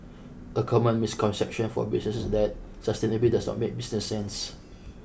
a common misconception for businesses is that sustainability does not make business sense